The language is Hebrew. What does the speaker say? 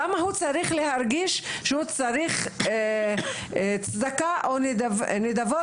למה התלמיד צריך להרגיש שהוא זקוק לצדקה או נדבות